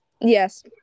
Yes